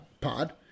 pod